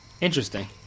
interesting